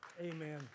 Amen